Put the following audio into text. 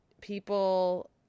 people